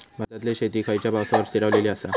भारतातले शेती खयच्या पावसावर स्थिरावलेली आसा?